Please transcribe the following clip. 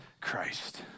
Christ